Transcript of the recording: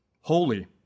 holy